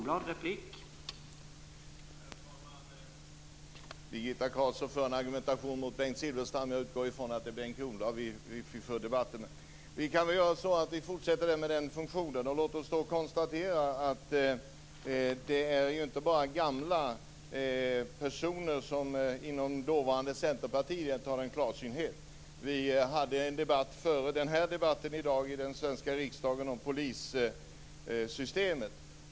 Herr talman! Birgitta Carlsson för en argumentation mot Bengt Silfverstrand. Jag utgår från att det är Bengt Kronblad som hon för debatten mot. Vi fortsätter med den utgångspunkten. Det är inte bara gamla personer inom dåvarande Centerpartiet som var klarsynta. Före denna debatt i dag hade vi en debatt i svenska riksdagen om polissystemet.